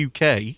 UK